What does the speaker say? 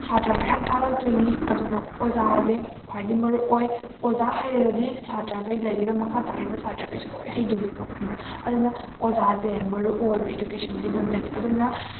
ꯁꯥꯇ꯭ꯔꯥ ꯃꯌꯥꯝ ꯇꯥꯛꯂꯛꯇꯣꯏꯅꯤ ꯑꯗꯨꯅ ꯑꯣꯖꯥꯁꯦ ꯈ꯭ꯋꯥꯏꯗꯒꯤ ꯃꯔꯨ ꯑꯣꯏ ꯑꯣꯖꯥ ꯍꯩꯔꯗꯤ ꯁꯥꯇ꯭ꯔꯥꯈꯩ ꯂꯩꯔꯤꯕ ꯃꯈꯥ ꯇꯥꯔꯤꯕ ꯁꯥꯇ꯭ꯔꯥꯈꯩꯁꯨ ꯂꯣꯏ ꯍꯩꯗꯣꯏꯅꯦꯕ ꯈꯪꯉꯕ꯭ꯔꯥ ꯑꯗꯨꯅ ꯑꯣꯖꯥꯁꯦ ꯃꯔꯨ ꯑꯣꯏꯑꯦꯕ ꯏꯗꯨꯀꯦꯁꯟꯒꯤ ꯂꯝꯗꯗꯤ ꯑꯗꯨꯅ